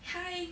!hey!